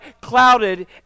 clouded